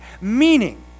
meaning